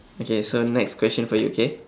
okay so next question for you okay